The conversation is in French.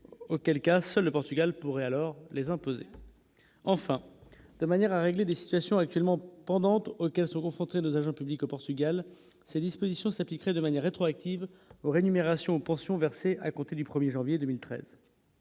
auquel cas seul le Portugal pourrait alors les imposer enfin de manière à régler d'ici. Question actuellement pendantes aucun seront centrés nos agents publics au Portugal, ces dispositions s'appliquerait de manière rétroactive. Or énumération pension versée à compter du 1er janvier 2013.